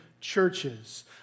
churches